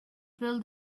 build